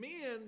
men